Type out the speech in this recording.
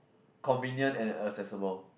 convenient and accessible